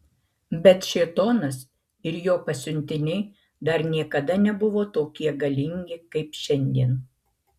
bet šėtonas ir jo pasiuntiniai dar niekada nebuvo tokie galingi kaip šiandien